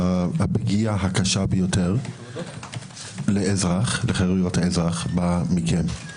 הפגיעה הקשה ביותר לחרויות האזרח באה מכם.